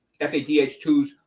FADH2s